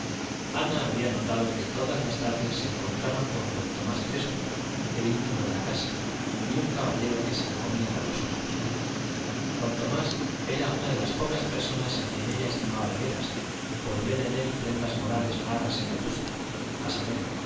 ana había notado que todas las tardes se encontraban con don tomás crespo el íntimo de la casa y un caballero que se la comía con los ojos don tomás era una de las pocas personas a quien ella estimaba de veras por ver en él prendas morales raras en vetusta a saber